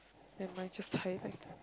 never mind just tie it back